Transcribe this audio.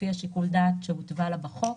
לפי שיקול הדעת שהותווה לה בחוק,